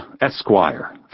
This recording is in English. Esquire